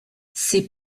ses